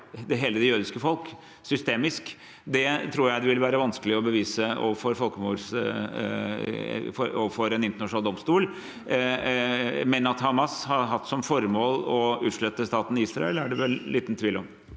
hele det jødiske folk systemisk, tror jeg det ville være vanskelig å bevise overfor en internasjonal domstol. Men at Hamas har hatt som formål å utslette staten Israel, er det vel liten tvil om.